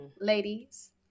ladies